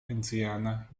indiana